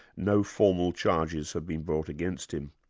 no formal charges have been brought against him.